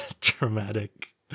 dramatic